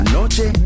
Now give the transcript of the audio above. noche